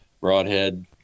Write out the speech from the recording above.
broadhead